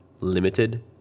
limited